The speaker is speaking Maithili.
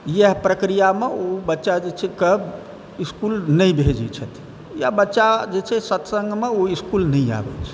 इएह प्रक्रियामे ओ बच्चा जे छै इसकुल नहि भेजै छथिन या बच्चा जे छै सत्सङ्गमे ओ इसकुल नहि आबै छै